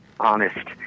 honest